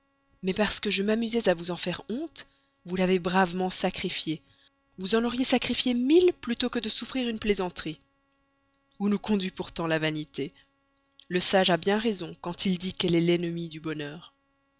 mais parce que je m'amusais à vous en faire honte vous l'avez bravement sacrifiée vous en auriez sacrifié mille plutôt que de souffrir une plaisanterie où nous conduit pourtant la vanité le sage a bien raison quand il dit qu'elle est l'ennemie du bonheur